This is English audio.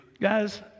guys